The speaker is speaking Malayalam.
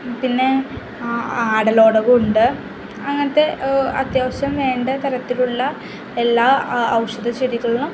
പിന്നെ ആ ആടലോടകമുണ്ട് അങ്ങനത്തെ അത്യാവശ്യം വേണ്ട തരത്തിലുള്ള എല്ലാ ഔഷധച്ചെടികളും